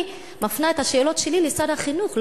אני מפנה את השאלות שלי לשר החינוך,